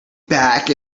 back